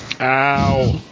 Ow